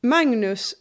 Magnus